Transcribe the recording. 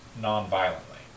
non-violently